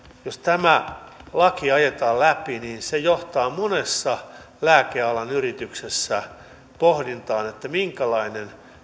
jos tämä laki ajetaan läpi niin se johtaa monessa lääkealan yrityksessä pohdintaan minkälainen